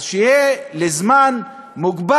אז לפחות שיהיה לזמן מוגבל,